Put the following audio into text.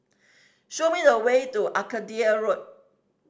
show me the way to Arcadia Road